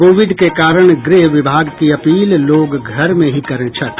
Covid के कारण गृह विभाग की अपील लोग घर में ही करें छठ